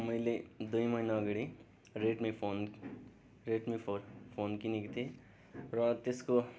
मैले दुई महिना अगाडि Redmi phone Redmi phone phone किनेको थिएँ र त्यसको